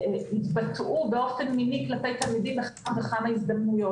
התבטאו באופן מיני כלפי תלמידים בכמה הזדמנויות.